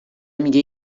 میگه